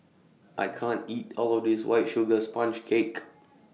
I can't eat All of This White Sugar Sponge Cake